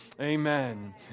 Amen